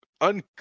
un